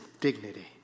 dignity